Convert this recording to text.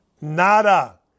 nada